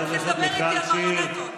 במקום זה אתה מגן על טרוריסטים.